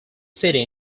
city